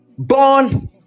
Born